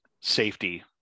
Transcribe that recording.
safety